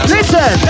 Listen